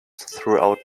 throughout